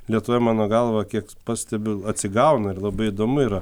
lietuvoje mano galva kiek pastebiu atsigauna ir labai įdomu yra